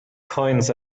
coins